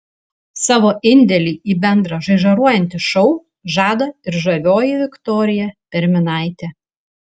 savo indėlį į bendrą žaižaruojantį šou žada ir žavioji viktorija perminaitė